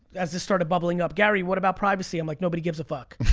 as this started bubbling up, gary, what about privacy? i'm like, nobody gives a fuck.